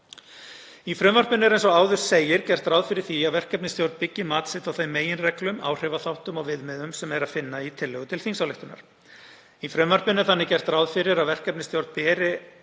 Í frumvarpinu er eins og áður segir gert ráð fyrir því að verkefnisstjórn byggi mat sitt á þeim meginreglum, áhrifaþáttum og viðmiðum sem er að finna í tillögu til þingsályktunar. Í frumvarpinu er þannig gert ráð fyrir að verkefnisstjórn beri